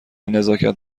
نزاکت